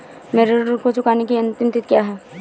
मेरे ऋण को चुकाने की अंतिम तिथि क्या है?